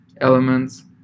elements